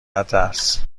نترس